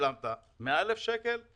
נניח 100,000 שקל,